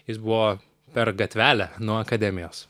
jis buvo per gatvelę nuo akademijos